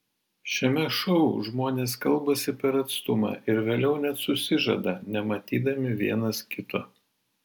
šiame šou žmonės kalbasi per atstumą ir vėliau net susižada nematydami vienas kito